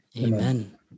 Amen